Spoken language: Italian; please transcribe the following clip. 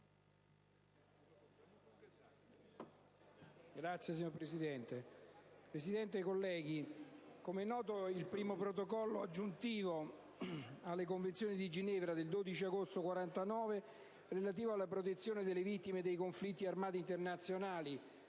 preliminare che il Primo protocollo aggiuntivo alle Convenzioni di Ginevra del 12 agosto 1949, relativo alla protezione delle vittime dei conflitti armati internazionali,